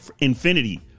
infinity